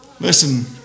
Listen